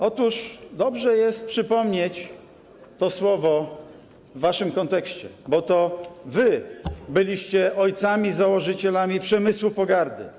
Otóż dobrze jest przypomnieć to słowo w waszym kontekście, bo to wy byliście ojcami założycielami przemysłu pogardy.